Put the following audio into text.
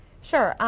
sure,